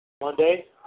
Monday